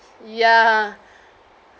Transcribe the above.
ya